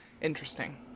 interesting